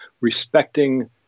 respecting